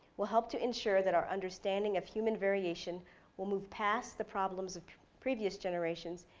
will help to ensure that our understanding of human variation will move past the problems of previous generations,